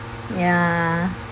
ya